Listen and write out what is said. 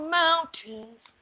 mountains